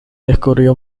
descubrió